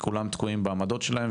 כולם תקועים בעמדות שלהם,